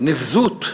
נבזות,